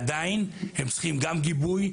עדיין הם צריכים גם גיבוי,